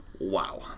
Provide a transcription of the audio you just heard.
Wow